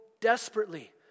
desperately